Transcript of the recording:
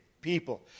people